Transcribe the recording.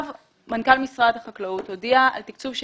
מנכ"ל משרד החקלאות הודיע על תקצוב של